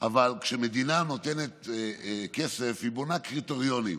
אבל כשמדינה נותנת כסף, היא בונה קריטריונים.